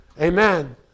Amen